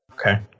Okay